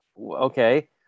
okay